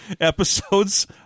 episodes